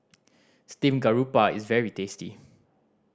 steamed garoupa is very tasty